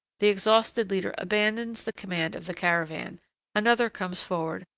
the exhausted leader abandons the command of the caravan another comes forward,